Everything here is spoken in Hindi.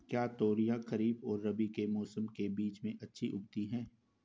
क्या तोरियां खरीफ और रबी के मौसम के बीच में अच्छी उगती हैं?